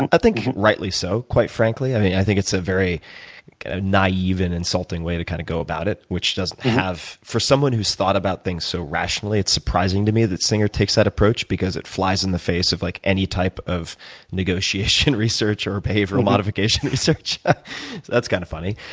i think rightly so, quite frankly. i mean, i think it's a very kind of naive and insulting way to kind of go about it, which doesn't have for someone who's thought about things so rationally, it's surprising to me that singer takes that approach because it flies in the face of like any type of negotiation research or pay for ah modification research. so that's kind of funny.